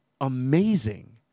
amazing